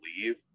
leave